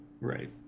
Right